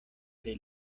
pri